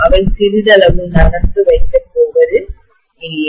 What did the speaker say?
அவை சிறிதளவு நகர்த்து வைக்கப் போவதில்லை